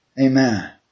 Amen